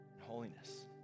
holiness